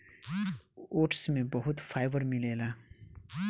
oats में बहुत fibre मिलेला